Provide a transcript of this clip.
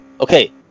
Okay